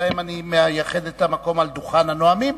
שלהם אני מייחד את המקום על דוכן הנואמים?